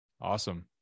Awesome